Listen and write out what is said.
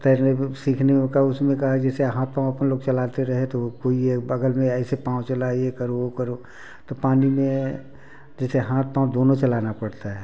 तैरने में सीखने में उका उसमें का जैसे हाथ पाँव अपन लोग चलाते रहे तो कोई ये बगल में एसे पाँव चलाइए करो वो करो तो पानी में जैसे हाथ पाँव दोनों चलाना पड़ता है